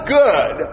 good